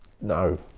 No